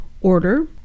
order